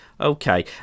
okay